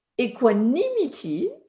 equanimity